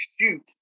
shoot